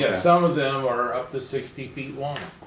yeah some of them are up to sixty feet long.